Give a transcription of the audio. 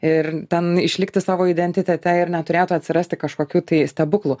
ir ten išlikti savo identitete ir neturėtų atsirasti kažkokių tai stebuklų